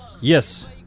Yes